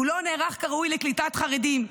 הוא לא נערך כראוי לקליטת חרדים,